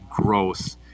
growth